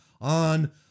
on